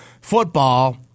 football